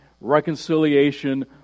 reconciliation